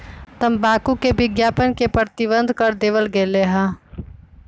तंबाकू के विज्ञापन के प्रतिबंध कर देवल गयले है